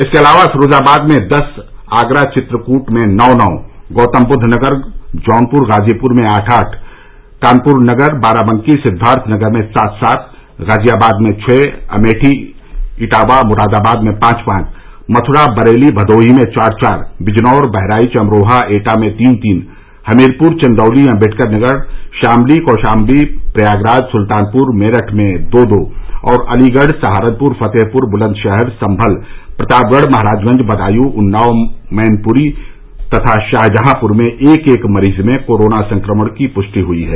इसके अलावा फिरोजाबाद में दस आगरा चित्रकूट में नौ नौ गौतमबुद्ध नगर जौनपुर गाजीपुर में आठ आठ कानपुर नगर बाराबंकी सिद्वार्थ नगर में सात सात गाजियाबाद में छ अमेठी इटावा मुरादाबाद में पांच पांच मथ्रा बरेली भदोही में चार चार बिजनौर बहराइच अमरोहा एटा में तीन तीन हमीरपुर चन्दौली अम्बेडकर नगर शामली कौशाम्बी प्रयागराज सुल्तानपुर मेरठ में दो दो और अलीगढ़ सहारनपुर फतेहपुर बुलन्दशहर संभल प्रतापगढ़ महाराजगंज बदायूं उन्नाव मैनपुरी तथा शाहजहापुर में एक एक मरीज में कोरोना संक्रमण की पुष्टि ह्यी है